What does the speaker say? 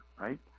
right